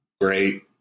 great